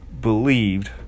believed